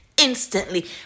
instantly